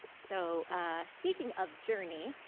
so speaking of journey,